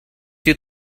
you